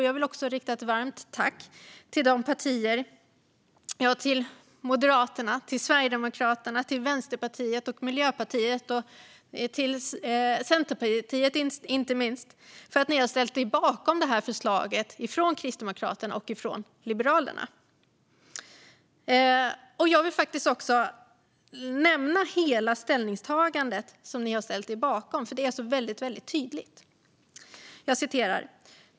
Jag vill också rikta ett varmt tack till de partier - Moderaterna, Sverigedemokraterna, Vänsterpartiet, Miljöpartiet och inte minst Centerpartiet - som ställt sig bakom förslaget från Kristdemokraterna och Liberalerna. Jag vill faktiskt också läsa upp hela det ställningstagande som ni ställt er bakom, för det är väldigt tydligt.